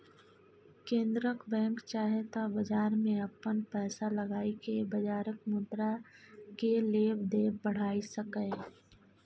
केंद्रक बैंक चाहे त बजार में अपन पैसा लगाई के बजारक मुद्रा केय लेब देब बढ़ाई सकेए